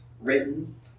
written